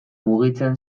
mugitzen